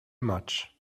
much